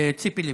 ציפי לבני.